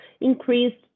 increased